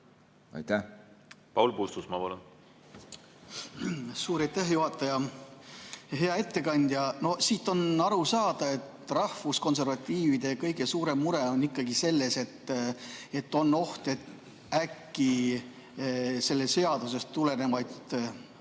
ei tee. Paul Puustusmaa, palun! Suur aitäh, juhataja! Hea ettekandja! Siit on aru saada, et rahvuskonservatiivide kõige suurem mure on ikkagi selles, et on oht, et äkki sellest seadusest tulenevaid